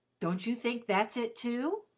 don't you think that's it, too?